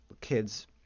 kids